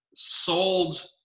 sold